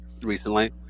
recently